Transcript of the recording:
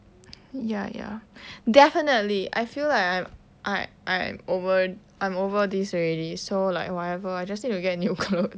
ya ya definitely I feel like I I I'm over I'm over this already so like whatever I just need to get new clothes